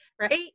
right